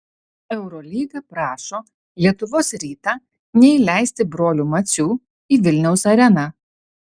eurolyga prašo lietuvos rytą neįleisti brolių macių į vilniaus areną